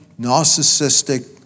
narcissistic